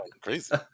crazy